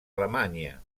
alemanya